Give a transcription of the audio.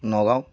Nagaon